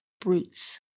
brutes